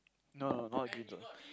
no no not a green zone